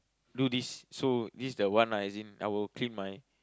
do this so this is the one lah as in I will clean my